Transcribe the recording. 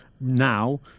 now